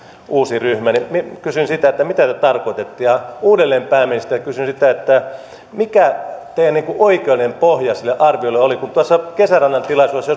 uusi ryhmä niin minä kysyn mitä te tarkoititte ja uudelleen pääministeriltä kysyn sitä mikä teidän oikeudellinen pohjanne sille arviolle oli kun tuossa kesärannan tilaisuudessa